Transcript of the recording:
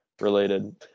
related